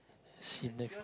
see nex~